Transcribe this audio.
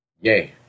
Yay